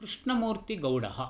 कृष्णमूर्तिगौडः